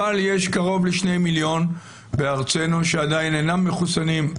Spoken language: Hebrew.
אבל יש קרוב לשני מיליון בארצנו שעדיין אינם מחוסנים.